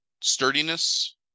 sturdiness